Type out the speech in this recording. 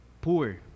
poor